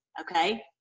okay